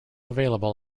available